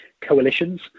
coalitions